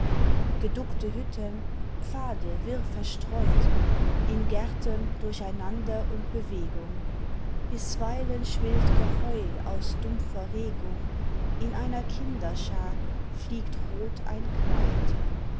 geduckte hütten pfade wirr verstreut in gärten durcheinander und bewegung bisweilen schwillt geheul aus dumpfer regung in einer kinderschar fliegt rot ein kleid